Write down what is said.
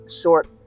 short